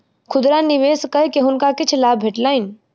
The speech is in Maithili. खुदरा निवेश कय के हुनका किछ लाभ भेटलैन